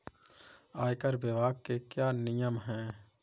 आयकर विभाग के क्या नियम हैं?